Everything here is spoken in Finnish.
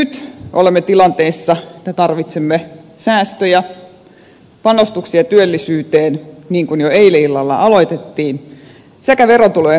nyt olemme tilanteessa että tarvitsemme säästöjä panostuksia työllisyyteen niin kuin jo eilen illalla aloitettiin sekä verotulojen kasvattamista